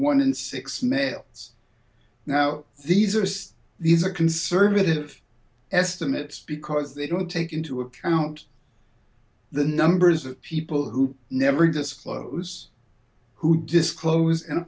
one in six males now these are these are conservative estimates because they don't take into account the numbers of people who never disclose who disclose and